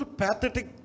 pathetic